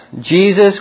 Jesus